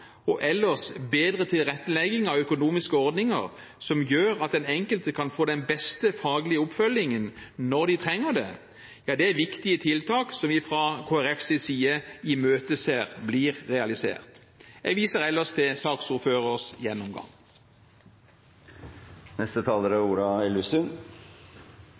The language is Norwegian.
og ellers bedre tilrettelegging av økonomiske ordninger som gjør at den enkelte kan få den beste faglige oppfølgingen når de trenger det, er viktige tiltak som vi fra Kristelig Folkepartis side imøteser blir realisert. Jeg viser ellers til saksordførerens gjennomgang.